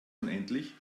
unendlich